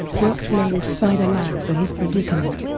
brock blamed spider-man for his predicament.